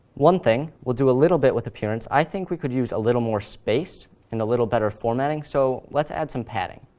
one thing, we'll do a little bit with appearance, i think we could use a little more space and a little better formatting, so let's add some padding.